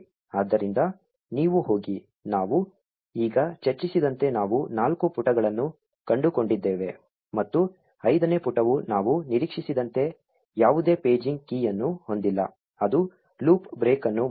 ಆದ್ದರಿಂದ ನೀವು ಹೋಗಿ ನಾವು ಈಗ ಚರ್ಚಿಸಿದಂತೆ ನಾವು ನಾಲ್ಕು ಪುಟಗಳನ್ನು ಕಂಡುಕೊಂಡಿದ್ದೇವೆ ಮತ್ತು ಐದನೇ ಪುಟವು ನಾವು ನಿರೀಕ್ಷಿಸಿದಂತೆ ಯಾವುದೇ ಪೇಜಿಂಗ್ ಕೀ ಯನ್ನು ಹೊಂದಿಲ್ಲ ಅದು ಲೂಪ್ ಬ್ರೇಕ್ ಅನ್ನು ಮಾಡಿದೆ